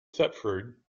thetford